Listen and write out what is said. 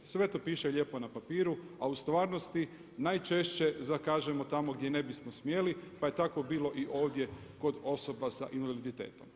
Sve to piše lijepo na papiru, a u stvarnosti najčešće zakažemo tamo gdje ne bismo smjeli pa je tako bilo i ovdje kod osoba s invaliditetom.